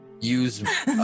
use